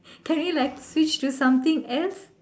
can you like switch to something else